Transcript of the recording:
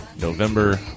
November